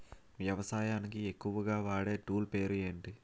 వ్యవసాయానికి ఎక్కువుగా వాడే టూల్ పేరు ఏంటి?